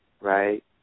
Right